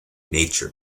nature